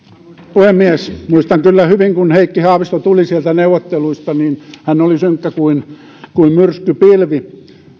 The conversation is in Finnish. puhemies muistan kyllä hyvin kun heikki haavisto tuli sieltä neuvotteluista hän oli synkkä kuin kuin myrskypilvi